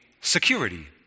security